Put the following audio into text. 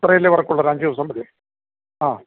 ഇത്രയല്ലേ വർക്കുള്ളു ഒരു അഞ്ച് ദിവസം പിടിക്കും ആ